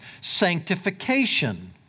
sanctification